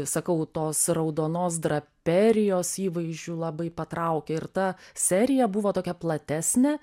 sakau tos raudonos draperijos įvaizdžiu labai patraukė ir ta serija buvo tokia platesnė